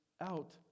out